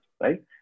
right